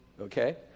Okay